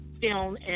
film